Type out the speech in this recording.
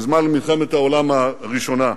בזמן מלחמת העולם הראשונה,